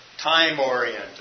time-oriented